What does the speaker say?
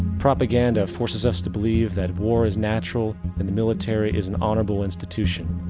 propaganda forces us to believe that war is natural and the military is an honorable institution.